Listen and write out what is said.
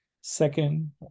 Second